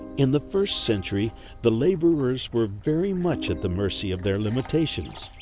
in the first century the laborers were very much at the mercy of their limitations.